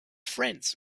friends